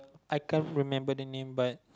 I can't remember the name but